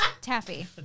taffy